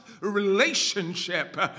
relationship